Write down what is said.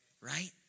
right